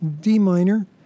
D-minor